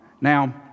Now